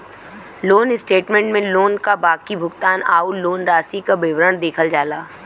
loan statement में loan क बाकी भुगतान आउर लोन राशि क विवरण देखल जाला